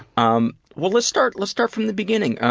um well, let's start let's start from the beginning.